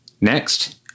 Next